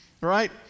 right